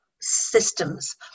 systems